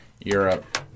Europe